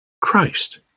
Christ